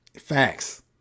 Facts